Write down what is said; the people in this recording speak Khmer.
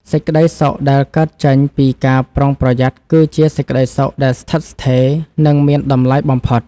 សេចក្តីសុខដែលកើតចេញពីការប្រុងប្រយ័ត្នគឺជាសេចក្តីសុខដែលស្ថិតស្ថេរ និងមានតម្លៃបំផុត។